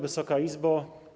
Wysoka Izbo!